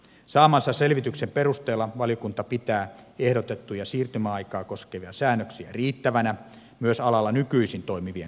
saamansa selvityksen perusteella valiokunta pitää ehdotettuja siirtymäaikaa koskevia säännöksiä riittävinä myös alalla nykyisin toimivien kannalta